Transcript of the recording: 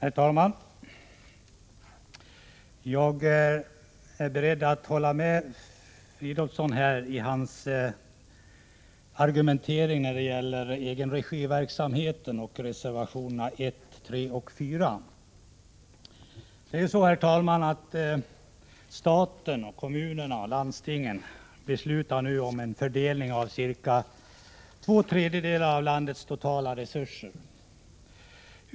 Herr talman! Jag är beredd att hålla med herr Fridolfsson i hans argumentering när det gäller egenregiverksamheten och reservationerna 1,3 och 4. Det är ju så att staten, kommunerna och landstingen nu beslutar om fördelningen av cirka två tredjedelar av landets totala resurser.